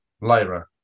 Lyra